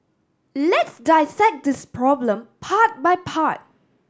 let's dissect this problem part by part